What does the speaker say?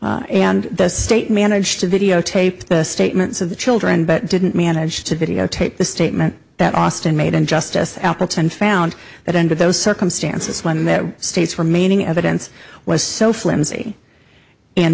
and the state managed to videotape the statements of the children but didn't manage to videotape the statement that austin made and justice and found that under those circumstances when that state's remaining evidence was so flimsy and